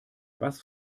was